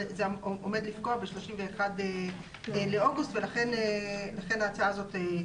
שעומד לפקוע ב-31 באוגוסט ולכן ההצעה הזאת עולה.